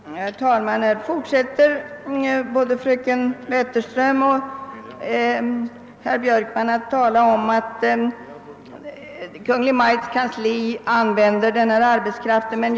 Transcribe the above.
Herr talman! Här fortsätter både fröken Wetterström och herr Björkman att tala om att Kungl. Maj:ts kansli använder den arbetskraft det gäller.